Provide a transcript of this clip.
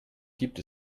gibt